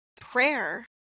Prayer